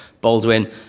Baldwin